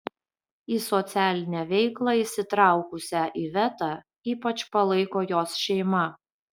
į socialinę veiklą įsitraukusią ivetą ypač palaiko jos šeima